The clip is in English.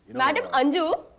madam anju.